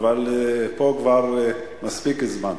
אבל, פה כבר מספיק זמן.